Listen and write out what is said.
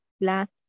last